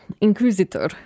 Inquisitor